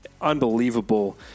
unbelievable